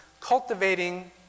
cultivating